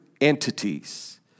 entities